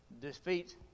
defeat